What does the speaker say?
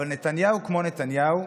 אבל נתניהו, כמו נתניהו,